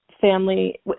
family